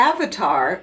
Avatar